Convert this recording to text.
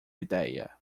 ideia